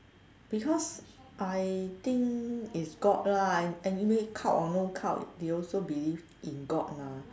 because I think it's god lah anyway cult or no cult they also believe in god mah